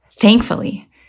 Thankfully